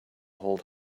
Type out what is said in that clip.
hold